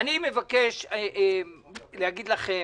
אני מבקש להגיד לכם,